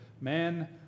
Man